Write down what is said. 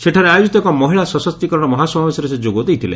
ସେଠାରେ ଆୟୋଜିତ ଏକ ମହିଳା ସଶକ୍ତିକରଣ ମହାସମାବେଶରେ ସେ ଯୋଗ ଦେଇଥିଲେ